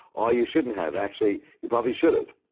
oh, you shouldn't have. actually, you probably should have.